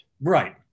right